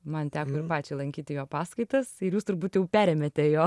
man teko ir pačiai lankyti jo paskaitas ir jūs turbūt jau perėmėte jo